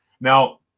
Now